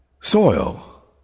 soil